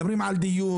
מדברים על דיור.